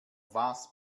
was